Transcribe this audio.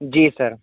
جی سر